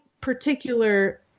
particular